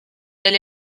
elle